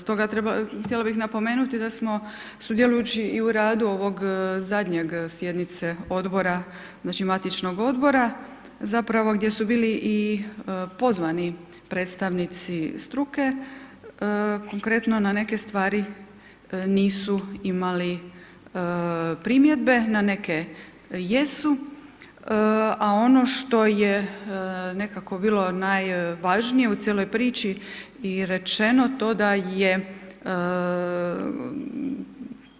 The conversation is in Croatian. Stoga, htjela bih napomenuti da smo sudjelujući i u radu ovog zadnjeg sjednice Odbora, znači matičnog Odbora, zapravo gdje su bili i pozvani predstavnici struke, konkretno na neke stvari nisu imali primjedbe, na neke jesu, a ono što je nekako bilo najvažnije u cijeloj priči i rečeno to da je,